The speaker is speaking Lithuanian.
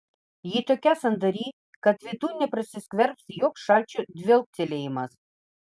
ji tokia sandari kad vidun neprasiskverbs joks šalčio dvelktelėjimas